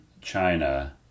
China